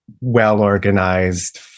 well-organized